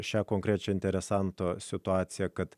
šią konkrečią interesanto situaciją kad